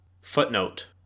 Footnote